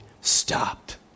stopped